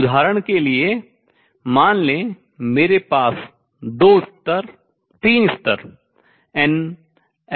उदाहरण के लिए मान लें कि मेरे पास दो स्तर तीन स्तर n हैं